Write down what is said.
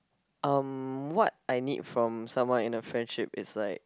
um what I need from someone in a friendship is like